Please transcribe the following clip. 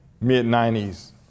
mid-90s